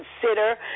consider